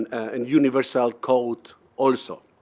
and universal code also.